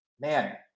man